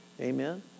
Amen